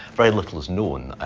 very little is known,